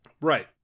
Right